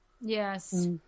yes